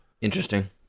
Interesting